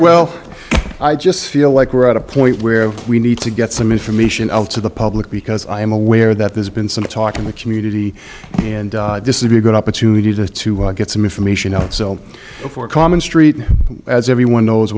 well i just feel like we're at a point where we need to get some information out to the public because i am aware that there's been some talk in the community and this is a be a good opportunity just to get some information out so before common street as everyone knows